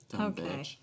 Okay